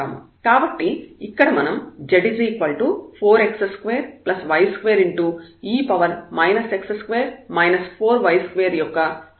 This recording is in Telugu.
కాబట్టి ఇక్కడ మనం z4x2y2e x2 4y2 యొక్క ఉపరితలం ను స్పష్టంగా చూడవచ్చు